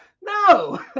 No